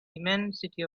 immensity